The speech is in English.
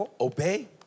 obey